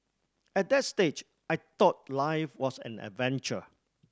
at that stage I thought life was an adventure